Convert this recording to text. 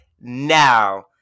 Now